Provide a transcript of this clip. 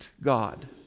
God